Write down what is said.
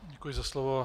Děkuji za slovo.